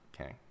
okay